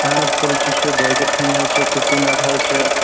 اَہَن حظ کُلچِہ چھِ بٲگِر خانِہ حظ چھِ کوکوٗنَٹ حظ چھِ